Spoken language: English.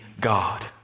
God